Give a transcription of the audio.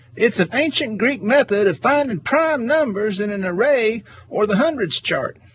it's an ancient greek method of finding and prime numbers in an array or the hundreds chart